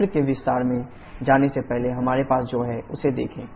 चक्र के विस्तार में जाने से पहले हमारे पास जो है उसे देखें